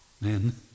man